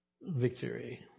victory